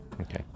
Okay